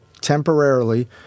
temporarily